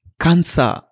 Cancer